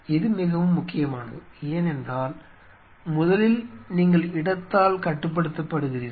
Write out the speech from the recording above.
இது மிகவும் முக்கியமானது ஏனென்றால் முதலில் நீங்கள் இடத்தால் கட்டுப்படுத்தப்படுகிறீர்கள்